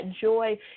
joy